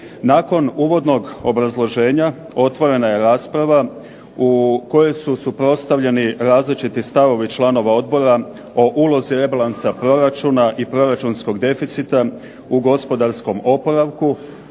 Nakon uvodnog obrazloženja otvorena je rasprava u kojoj su suprotstavljeni različiti stavovi članova odbora o ulozi rebalansa proračuna i proračunskog deficita u gospodarskom oporavku